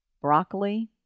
broccoli